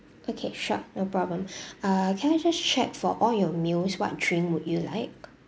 okay sure no problem uh can I just check for all your meals what drink would you like